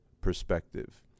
perspective